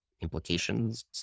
implications